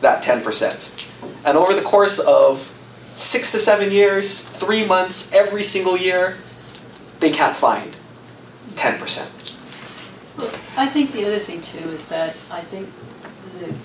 that ten percent and over the course of six to seven years three months every single year they can't find ten percent i think the other thing to this and i think